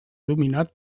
dominat